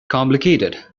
complicated